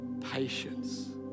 patience